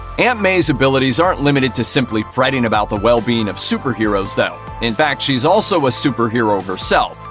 aunt may's abilities aren't limited to simply fretting about the well-being of superheroes, though. in fact, she's also a superhero herself.